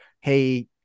hey